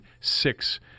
six